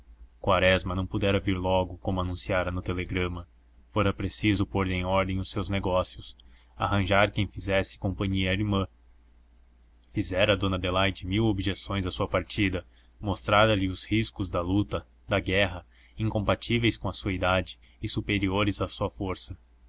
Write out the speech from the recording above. quaresma não pudera vir logo como anunciara no telegrama fora preciso pôr em ordem os seus negócios arranjar quem fizesse companhia à irmã fizera dona adelaide mil objeções à sua partida mostrara lhe os riscos da luta da guerra incompatíveis com a sua idade e superiores à sua força